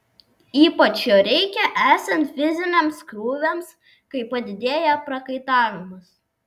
ypač jo reikia esant fiziniams krūviams kai padidėja prakaitavimas